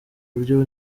buryo